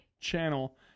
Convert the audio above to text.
channel